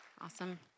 Awesome